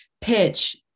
pitch